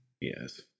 Yes